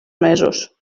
mesos